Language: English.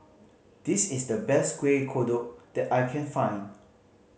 this is the best Kueh Kodok that I can find